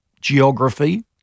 geography